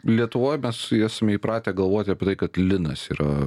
lietuvoj mes esame įpratę galvot apie tai kad linas yra